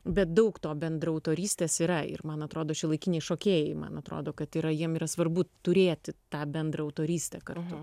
bet daug to bendraautorystės yra ir man atrodo šiuolaikiniai šokėjai man atrodo kad yra jiem yra svarbu turėti tą bendraautorystę kartu